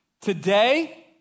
today